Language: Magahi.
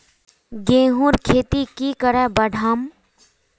गेंहू खेती की करे बढ़ाम?